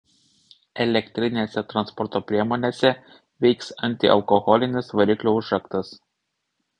elektrinėse transporto priemonėse veiks antialkoholinis variklio užraktas